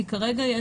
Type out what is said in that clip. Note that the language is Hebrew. כרגע,